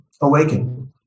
awaken